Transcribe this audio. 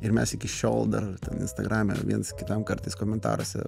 ir mes iki šiol dar ten instagrame viens kitam kartais komentaruose